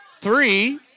three